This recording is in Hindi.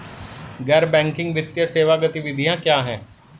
गैर बैंकिंग वित्तीय सेवा गतिविधियाँ क्या हैं?